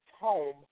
home